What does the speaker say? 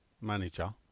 manager